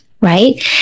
right